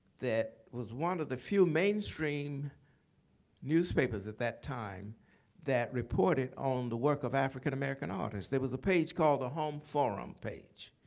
that was one of the few mainstream newspapers at that time that reported on the work of african-american artists. there was a page called the home forum page.